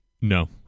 No